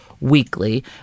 weekly